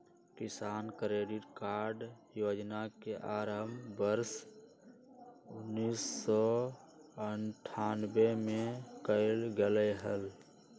किसान credit card योजना के आरंभ वर्ष उन्नीसौ अठ्ठान्नबे में कइल गैले हल